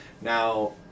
Now